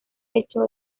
hecho